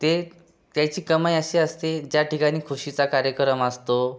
ते त्याची कमाई अशी असते ज्या ठिकाणी खुशीचा कार्यक्रम असतो